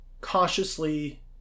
cautiously